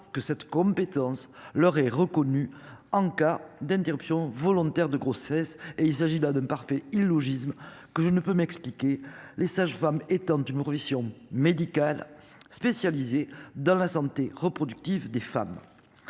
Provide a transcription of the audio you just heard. que cette compétence leur est reconnu en cas d'interruption volontaire de grossesse et il s'agit là d'un parfait illogisme. Que je ne peux m'expliquer les sages-femmes étant une profession médicale, spécialisé dans la santé reproductive des femmes.